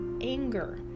anger